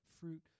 fruit